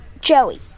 Joey